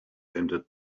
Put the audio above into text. entered